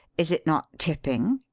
is it not chipping?